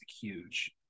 huge